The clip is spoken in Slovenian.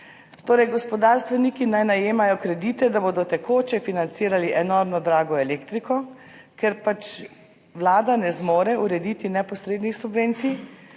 Torej, gospodarstveniki naj najemajo kredite, da bodo tekoče financirali enormno drago elektriko, ker pač vlada ne zmore urediti neposrednih subvencij,